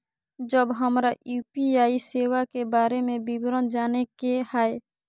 जब हमरा यू.पी.आई सेवा के बारे में विवरण जाने के हाय?